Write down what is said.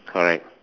correct